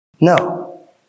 No